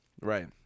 right